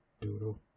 Doodle